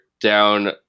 down